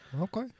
Okay